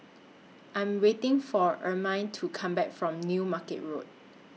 I Am waiting For Ermine to Come Back from New Market Road